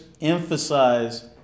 emphasize